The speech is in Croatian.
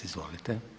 Izvolite.